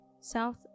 south